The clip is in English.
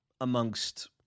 amongst